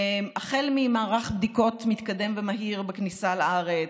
החל ממערך בדיקות מתקדם ומהיר בכניסה לארץ,